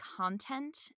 content